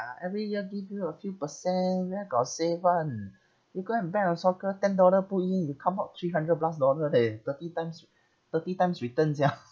every year give you a few percent where got save [one] you go and bet on soccer ten dollar put in you come out three hundred plus dollar leh thirty times thirty times return sia